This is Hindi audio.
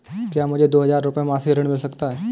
क्या मुझे दो हज़ार रुपये मासिक ऋण मिल सकता है?